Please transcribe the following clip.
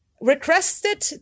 requested